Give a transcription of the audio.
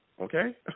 Okay